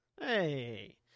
Hey